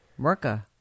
Merca